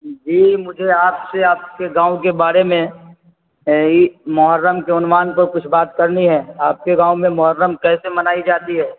جی مجھے آپ سے آپ کے گاؤں کے بارے میں محرم کے عنوان پر کچھ بات کرنی ہے آپ کے گاؤں میں محرم کیسے منائی جاتی ہے